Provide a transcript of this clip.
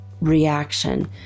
reaction